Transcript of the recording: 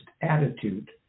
attitude